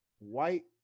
white